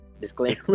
Disclaimer